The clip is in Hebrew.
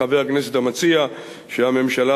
חבר הכנסת המציע, שהממשלה